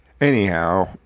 Anyhow